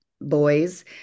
boys